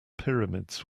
pyramids